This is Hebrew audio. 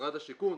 משרד השיכון.